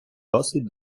досить